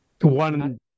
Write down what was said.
One